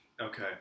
Okay